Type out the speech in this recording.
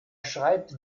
schreibt